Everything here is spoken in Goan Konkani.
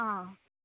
आं